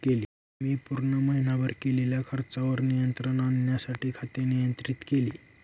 मी पूर्ण महीनाभर केलेल्या खर्चावर नियंत्रण आणण्यासाठी खाते नियंत्रित केले